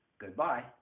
Goodbye